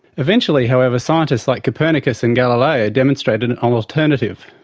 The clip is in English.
eventually however, scientists like copernicus and galileo, demonstrated an um alternative.